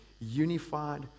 unified